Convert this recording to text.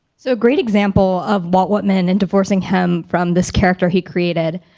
so a great example of what what men and divorcing him from this character he created,